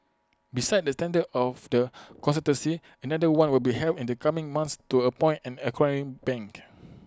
besides the tender of the consultancy another one will be held in the coming months to appoint an acquiring bank